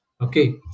Okay